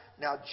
Now